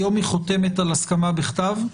היום היא חותמת על הסכמה בכתב?